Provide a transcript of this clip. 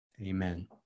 Amen